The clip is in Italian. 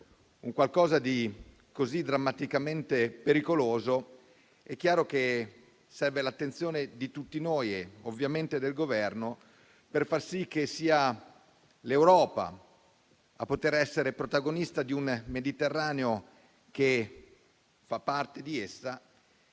un qualcosa di così drammaticamente pericoloso, è chiaro che serve l'attenzione di tutti noi e ovviamente del Governo per far sì che sia l'Europa la protagonista di un Mediterraneo che ne fa parte e